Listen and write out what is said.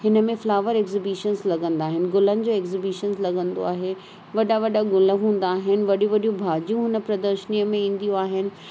हिन में flower exhibitions लॻंदा आहिनि गुलनि जो एग्ज़िबीशन लॻंदो आहे वॾा वॾा गुल हूंदा आहिनि वॾी वॾी भाॼियूं हुन प्रदर्शनी में ईंदियूं आहिनि